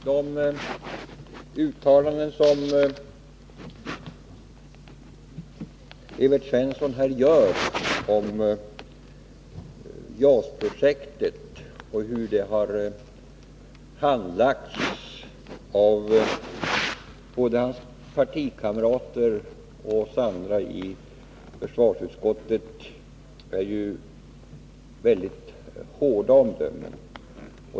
Herr talman! De uttalanden som Evert Svensson här gör om JAS projektet och hur det har handlagts av både hans partikamrater och oss andra i försvarsutskottet innebär mycket hårda omdömen.